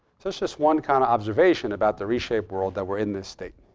so it's just one kind of observation about the reshaped world that we're in this state.